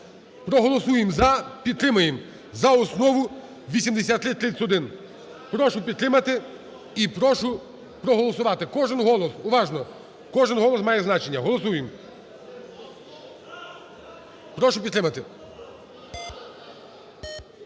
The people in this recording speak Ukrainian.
Проголосуємо за, підтримаємо за основу 8331. Прошу підтримати і прошу проголосувати. Кожен голос, уважно, кожен голос має значення, голосуємо. Прошу підтримати.